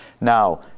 Now